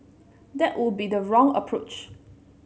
that would be the wrong approach